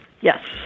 Yes